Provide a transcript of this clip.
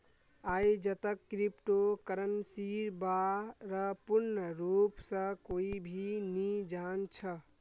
आईजतक क्रिप्टो करन्सीर बा र पूर्ण रूप स कोई भी नी जान छ